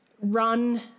run